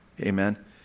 amen